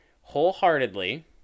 wholeheartedly